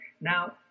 Now